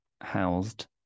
housed